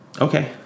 okay